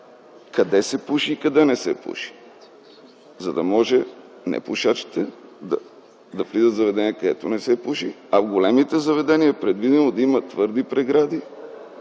къде се пуши и къде не се пуши, за да могат непушачите да влизат в заведения, където не се пуши, а в големите заведения е предвидено да има твърди прегради